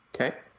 Okay